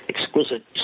exquisite